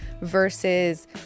versus